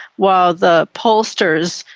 while the pollsters,